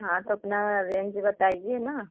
हाँ तो अपना रेंज बताइए न